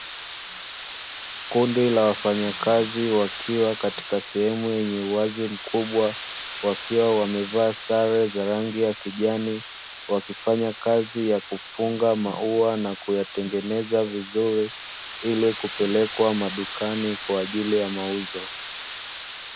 Kundi la wafanyakazi wakiwa katika sehemu yenye uwazi mkubwa. Wakiwa wamevaa sare za rangi ya kijani, wakifanya kazi ya kufunga maua na kuyatengeneza vizuri ili kupelekwa madukani kwaajili ya mauzo.